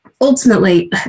Ultimately